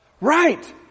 Right